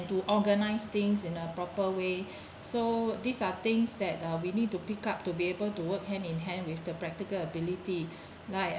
to organize things in a proper way so these are things that uh we need to pick up to be able to work hand in hand with the practical ability like